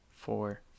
four